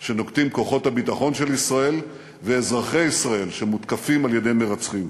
שנוקטים כוחות הביטחון של ישראל ואזרחי ישראל שמותקפים על-ידי מרצחים.